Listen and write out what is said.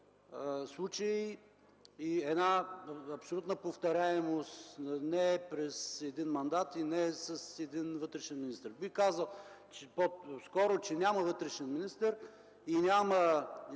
случаи и една абсолютна повтаряемост не през един мандат и не с един вътрешен министър. Бих казал по-скоро, че няма вътрешен министър и няма